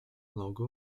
logo